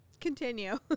continue